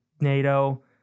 NATO